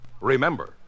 Remember